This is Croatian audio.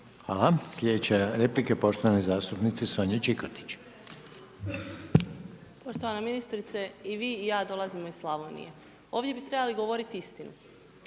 Hvala. Slijedeće replike poštovane zastupnice Sonje Čikotić. **Čikotić, Sonja (Nezavisni)** Poštovana ministrice, i vi i ja dolazimo iz Slavonije. Ovdje bi trebali govoriti istinu.